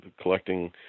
collecting